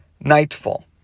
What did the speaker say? nightfall